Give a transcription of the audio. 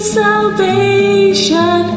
salvation